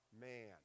man